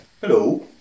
Hello